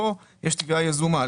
פה יש תביעה יזומה,